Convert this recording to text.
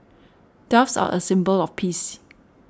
doves are a symbol of peace